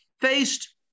Faced